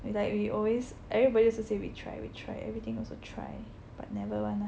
it's like we always everybody also say we try we try everything also try but never [one] lah